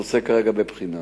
הנושא כרגע בבחינה.